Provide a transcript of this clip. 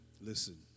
listen